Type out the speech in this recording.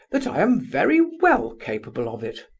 that i am very well capable of it!